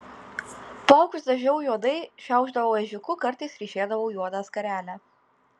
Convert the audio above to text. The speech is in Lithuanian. plaukus dažiau juodai šiaušdavau ežiuku kartais ryšėdavau juodą skarelę